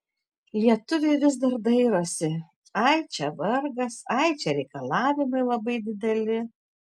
lietuviai vis dar dairosi ai čia vargas ai čia reikalavimai labai dideli